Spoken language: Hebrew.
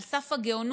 על סף הגאונות,